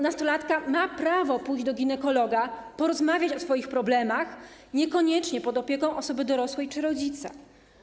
Nastolatka ma prawo pójść do ginekologa, porozmawiać o swoich problemach, niekoniecznie pod opieką osoby dorosłej czy rodzica.